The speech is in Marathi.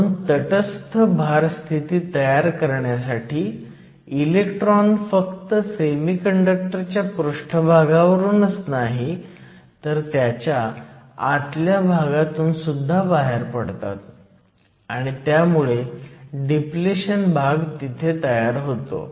म्हणून तटस्थ भार स्थिती तयार करण्यासाठी इलेक्ट्रॉन फक्त सेमीकंडक्टर च्या पृष्ठभागावरून नाही तर त्याच्या आतल्या भागातून सुद्धा बाहेर पडतात आणि त्यामुळे डिप्लिशन भाग तयार होतो